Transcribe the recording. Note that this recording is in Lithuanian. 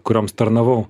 kurioms tarnavau